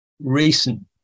recent